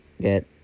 get